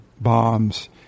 bombs